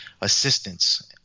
assistance